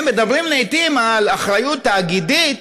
הם מדברים לעיתים על אחריות תאגידית,